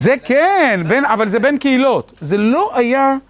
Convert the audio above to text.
זה כן, אבל זה בין קהילות, זה לא היה...